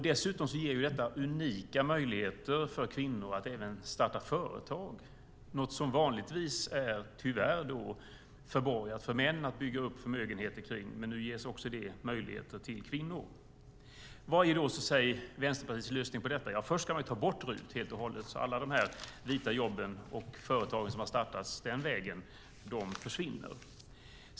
Dessutom ger detta unika möjligheter för kvinnor att starta företag, något som det vanligtvis tyvärr är förbehållet män att bygga upp förmögenheter kring. Nu ges också kvinnor sådana möjligheter. Vilken är då Vänsterpartiets lösning? Jo, först ska man ta bort RUT helt och hållet. Alla de vita jobben och företagen som har startats den vägen försvinner.